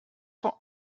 for